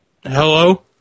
Hello